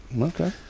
okay